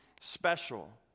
special